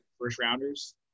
first-rounders